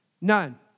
none